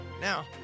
now